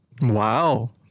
Wow